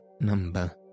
number